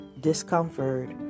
discomfort